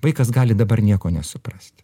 vaikas gali dabar nieko nesuprasti